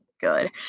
good